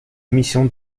émission